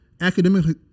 academically